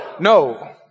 No